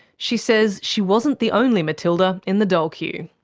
she says she wasn't the only matilda in the dole queue.